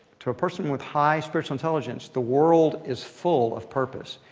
to a person with high spiritual intelligence, the world is full of purpose.